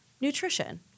nutrition